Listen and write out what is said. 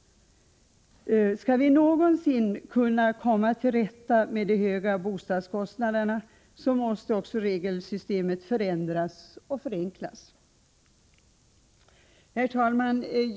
Skall vi någonsin kunna komma till rätta med de höga bostadskostnaderna måste också regelsystemet förändras och förenklas. Herr talman!